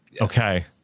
Okay